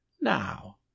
now